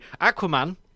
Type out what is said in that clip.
Aquaman